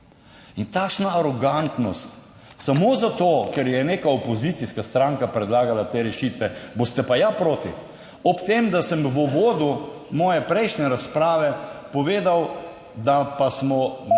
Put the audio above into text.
Takšna arogantnost. Samo zato ker je neka opozicijska stranka predlagala te rešitve, boste pa ja proti. Ob tem, da sem v uvodu svoje prejšnje razprave povedal, da pa smo pred